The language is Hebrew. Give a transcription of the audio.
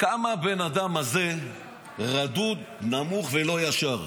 כמה הבן אדם הזה רדוד, נמוך ולא ישר.